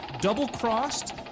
double-crossed